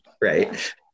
right